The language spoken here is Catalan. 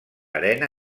arena